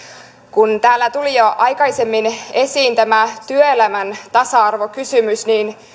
kun täällä tuli jo aikaisemmin esiin tämä työelämän tasa arvokysymys niin